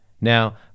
Now